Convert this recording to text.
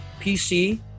PC